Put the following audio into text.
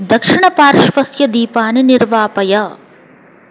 दक्षिणपार्श्वस्य दीपानि निर्वापय